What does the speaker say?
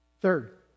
Third